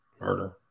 murder